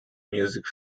music